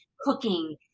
cooking